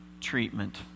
treatment